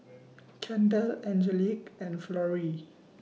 Kendell Angelique and Florie